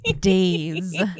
days